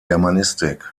germanistik